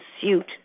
suit